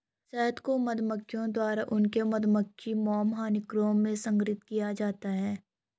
शहद को मधुमक्खियों द्वारा उनके मधुमक्खी मोम हनीकॉम्ब में संग्रहीत किया जाता है